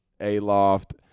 A-loft